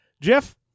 Jeff